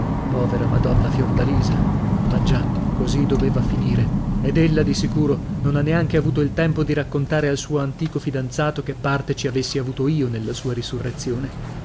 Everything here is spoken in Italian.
povera madonna fiordalisa ma già così doveva finire ed ella di sicuro non ha neanche avuto il tempo di raccontare al suo antico fidanzato che parte ci avessi avuto io nella sua risurrezione